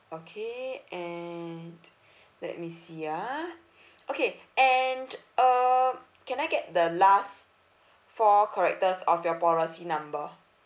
okay and let me see ah okay and uh can I get the last four characters of your policy number